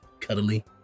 cuddly